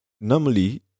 normally